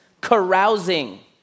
carousing